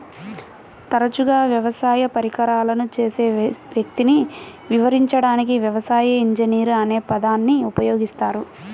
తరచుగా వ్యవసాయ పరికరాలను చేసే వ్యక్తిని వివరించడానికి వ్యవసాయ ఇంజనీర్ అనే పదాన్ని ఉపయోగిస్తారు